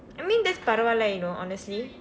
I mean that's பரவாயில்லை:paravaayillai you know honestly